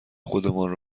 خودمان